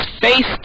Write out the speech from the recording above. face